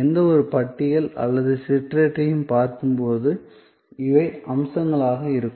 எந்தவொரு பட்டியல் அல்லது சிற்றேட்டையும் பார்க்கும்போது இவை அம்சங்களாக இருக்கும்